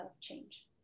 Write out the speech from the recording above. change